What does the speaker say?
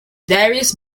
various